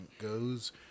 goes